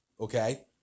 okay